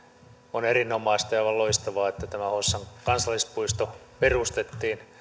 on erinomaista ja aivan loistavaa että tämä hossan kansallispuisto perustettiin